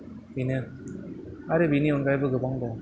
बेनो आरो बेनि अनगायैबो गोबां दं